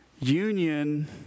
Union